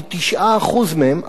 כ-9% מהם,